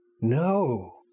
No